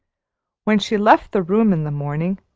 when she left the room in the morning,